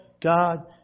God